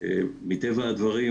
מטבע הדברים,